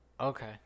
Okay